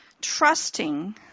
trusting